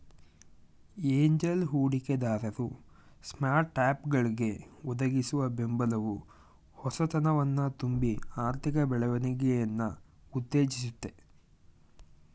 angel ಹೂಡಿಕೆದಾರರು ಸ್ಟಾರ್ಟ್ಅಪ್ಗಳ್ಗೆ ಒದಗಿಸುವ ಬೆಂಬಲವು ಹೊಸತನವನ್ನ ತುಂಬಿ ಆರ್ಥಿಕ ಬೆಳವಣಿಗೆಯನ್ನ ಉತ್ತೇಜಿಸುತ್ತೆ